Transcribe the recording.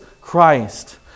Christ